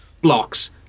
Blocks